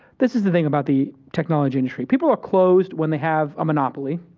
this is the thing about the technology industry. people are closed, when they have a monopoly.